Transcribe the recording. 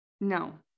No